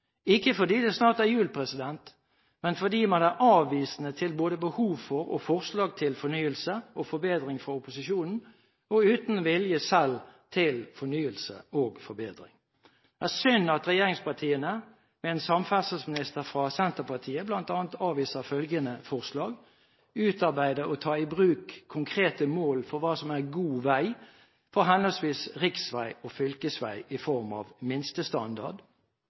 ikke fordi det snart er jul, men fordi man er avvisende til både behov for og forslag til fornyelse og forbedring fra opposisjonen og er uten vilje selv til fornyelse og forbedring. Det er synd at regjeringspartiene, med en samferdselsminister fra Senterpartiet, bl.a. avviser følgende forslag: «Stortinget ber regjeringen utarbeide og ta i bruk konkrete mål for hva som er god vei for henholdsvis riksvei og fylkesvei i form av